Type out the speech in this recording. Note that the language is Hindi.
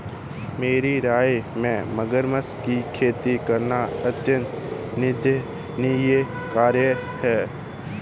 मेरी राय में मगरमच्छ की खेती करना अत्यंत निंदनीय कार्य है